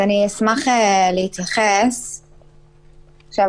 אז אפשר לכתוב "קרובי משפחה אחרים".